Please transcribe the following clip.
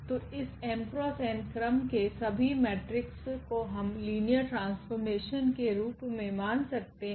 तो इसm×nक्रम के सभी मैट्रिक्स कोहम लिनियर ट्रांसफॉर्मेशन के रूप में मान सकते हैं